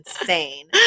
insane